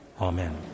Amen